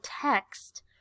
text